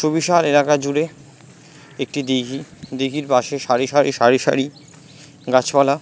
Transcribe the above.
সুবিশাল এলাকা জুড়ে একটি দিঘি দিঘির পাশে সারি সারি সারি সারি গাছপালা